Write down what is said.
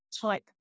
type